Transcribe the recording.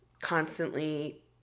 constantly